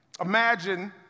Imagine